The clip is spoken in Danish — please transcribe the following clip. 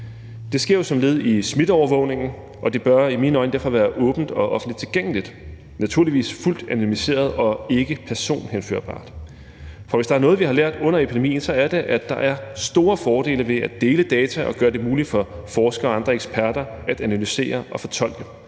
Det sker jo som led i smitteovervågningen, og det bør derfor i mine øjne være åbent og offentligt tilgængeligt, naturligvis fuldt anonymiseret og ikke personhenførbart. For hvis der er noget, vi har lært under epidemien, er det, at der er store fordele ved at dele data og gøre det muligt for forskere og andre eksperter at analysere og fortolke